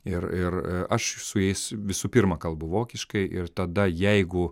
ir ir aš su jais visų pirma kalbu vokiškai ir tada jeigu